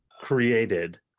created